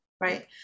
right